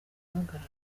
guhagarara